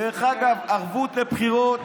דרך אגב, ערבות לבחירות